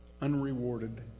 unrewarded